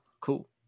cool